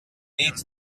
needs